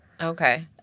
okay